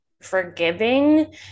forgiving